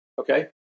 okay